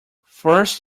first